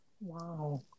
Wow